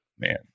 Man